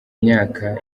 myaka